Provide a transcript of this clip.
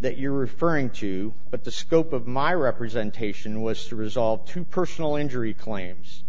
that you're referring to but the scope of my representation was to resolve to personal injury claims